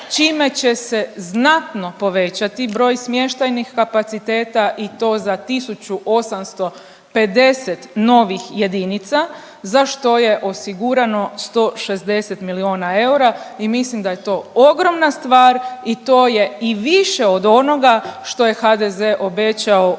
čime će se znatno povećati broj smještajnih kapaciteta i to za 1850 novih jedinica, za što je osigurano 160 milijuna eura i mislim da je to ogromna stvar i to je i više od onoga što je HDZ obećao u svojem